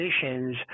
positions